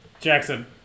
Jackson